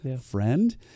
friend